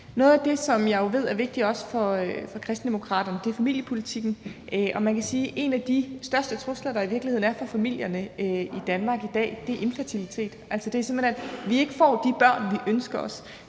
Noget af det, som jeg jo ved også er vigtigt for Kristendemokraterne, er familiepolitikken. Man kan sige, at en af de største trusler, der i virkeligheden er mod familierne i Danmark i dag, er infertilitet, altså at vi simpelt hen ikke får de børn, vi ønsker os.